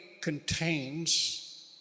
contains